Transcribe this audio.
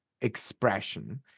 expression